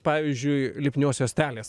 pavyzdžiui lipnios juostelės